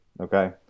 Okay